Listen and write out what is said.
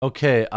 Okay